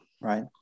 Right